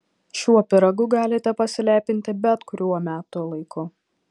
šiuo pyragu galite pasilepinti bet kuriuo metų laiku